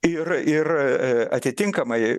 ir ir atitinkamai